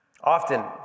Often